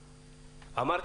אמר.